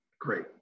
Great